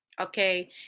Okay